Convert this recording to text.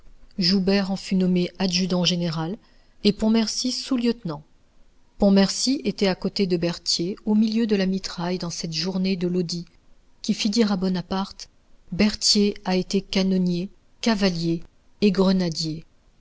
joubert en fut nommé adjudant général et pontmercy sous-lieutenant pontmercy était à côté de berthier au milieu de la mitraille dans cette journée de lodi qui fit dire à bonaparte berthier a été canonnier cavalier et grenadier